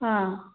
অঁ